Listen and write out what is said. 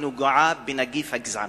והיא נגועה בנגיף הגזענות.